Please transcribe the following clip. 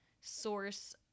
source